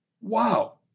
wow